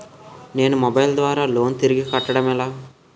నేను మొబైల్ ద్వారా లోన్ తిరిగి కట్టడం ఎలా?